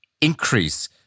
increase